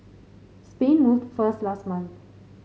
Spain moved first last month